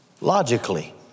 logically